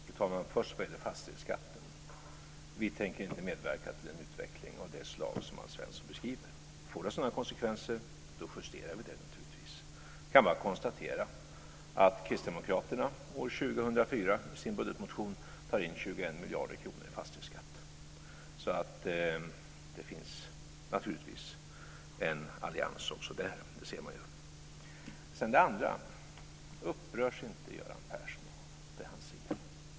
Fru talman! Först när det gäller fastighetsskatten: Vi tänker inte medverka till en utveckling av det slag som Alf Svensson beskriver. Får den sådana konsekvenser justerar vi den naturligtvis. Jag kan bara konstatera att kristdemokraterna år 2004 enligt sin budgetmotion tar in 21 miljarder kronor i fastighetsskatt. Det finns naturligtvis en allians också där. Det ser man. Upprörs inte Göran Persson av det han ser?